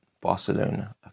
Barcelona